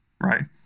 right